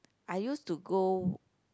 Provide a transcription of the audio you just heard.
I use to go